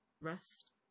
rest